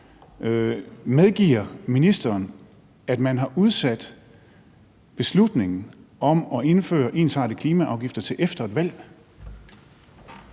Medgiver ministeren, at man har udsat beslutningen om at indføre ensartede klimaafgifter til efter et valg?